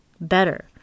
better